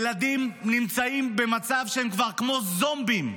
ילדים נמצאים במצב שהם כבר כמו זומבים,